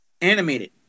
animated